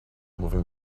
moving